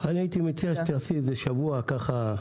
אני הייתי מציע שתעשי שבוע, ככה,